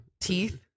Teeth